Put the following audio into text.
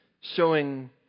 showing